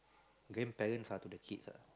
grandparents are to the kids ah